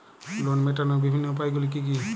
Loan মেটানোর বিভিন্ন উপায়গুলি কী কী?